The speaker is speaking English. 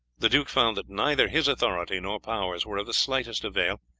the duke found that neither his authority nor powers were of the slightest avail,